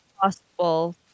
possible